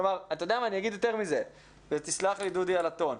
אני אגיד יותר מזה ותסלח לי, דודי, על הטון.